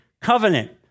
covenant